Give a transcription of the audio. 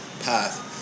path